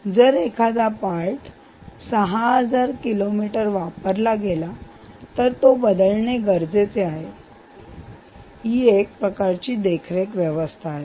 जर एखादा part 6000 kilometre वापरला गेला तर तो बदलणे गरजेचे आहे ही एक प्रकारची देखरेख व्यवस्था आहे